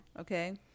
okay